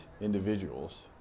individuals